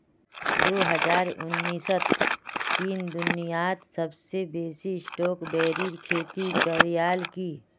दो हजार उन्नीसत चीन दुनियात सबसे बेसी स्ट्रॉबेरीर खेती करयालकी